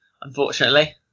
unfortunately